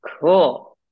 cool